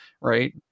right